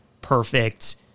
perfect